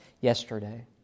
yesterday